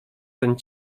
ten